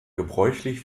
gebräuchlich